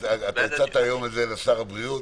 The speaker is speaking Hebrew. הצעת את זה לשר הבריאות.